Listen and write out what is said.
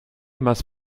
must